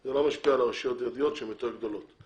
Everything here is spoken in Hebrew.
זה לא משפיע על רשויות ערביות שהן יותר גדולות.